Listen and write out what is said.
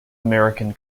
american